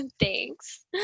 Thanks